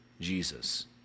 Jesus